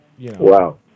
Wow